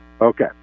Okay